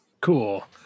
Cool